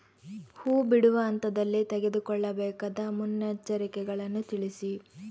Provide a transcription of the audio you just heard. ಹೂ ಬಿಡುವ ಹಂತದಲ್ಲಿ ತೆಗೆದುಕೊಳ್ಳಬೇಕಾದ ಮುನ್ನೆಚ್ಚರಿಕೆಗಳನ್ನು ತಿಳಿಸಿ?